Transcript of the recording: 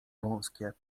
wąskie